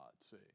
see